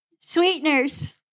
sweeteners